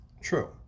True